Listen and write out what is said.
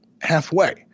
halfway